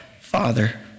Father